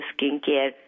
skincare